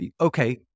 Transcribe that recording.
Okay